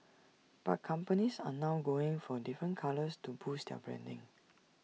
but companies are now going for different colours to boost their branding